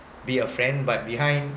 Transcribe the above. be a friend but behind